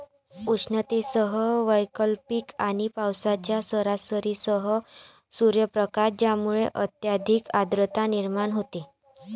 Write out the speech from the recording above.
उष्णतेसह वैकल्पिक आणि पावसाच्या सरींसह सूर्यप्रकाश ज्यामुळे अत्यधिक आर्द्रता निर्माण होते